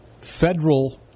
federal